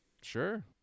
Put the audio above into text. Sure